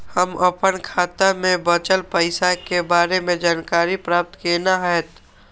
हम अपन खाता में बचल पैसा के बारे में जानकारी प्राप्त केना हैत?